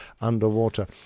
underwater